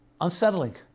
unsettling